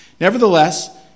Nevertheless